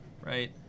right